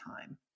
time